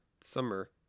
summer